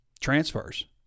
transfers